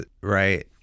right